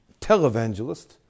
televangelist